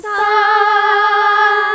sun